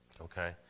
Okay